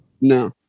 No